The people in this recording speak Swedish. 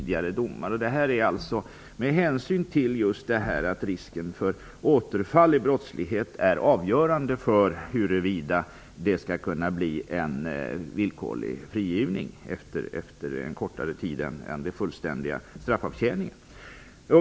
Det är just risken för återfall i brottslighet som är avgörande för huruvida det skall kunna bli en villkorlig frigivning efter kortare tid än den fullständiga straffavtjäningen.